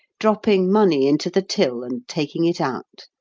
dropping money into the till and taking it out.